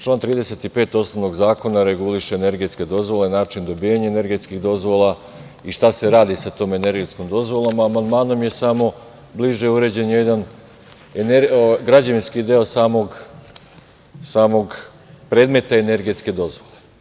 Član 35. osnovnog zakona reguliše energetske dozvole, način dobijanja energetskih dozvola i šta se radi sa tom energetskom dozvolom, a amandmanom je samo bliže uređen jedan građevinski deo samog predmeta energetske dozvole.